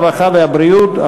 הרווחה והבריאות,